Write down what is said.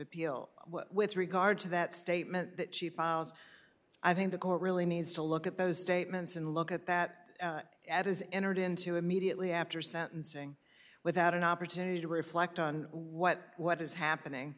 appeal with regard to that statement that she files i think the court really needs to look at those statements and look at that ad is entered into immediately after sentencing without an opportunity to reflect on what what is happening